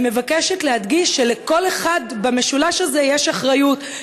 אני מבקשת להדגיש שלכל אחד במשולש הזה יש אחריות,